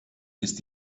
ist